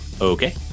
okay